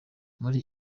muri